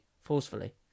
forcefully